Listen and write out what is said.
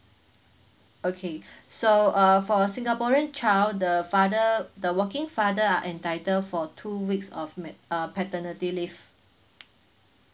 okay so uh for a singaporean child the father the working father are entitled for two weeks of mat~ uh paternity leave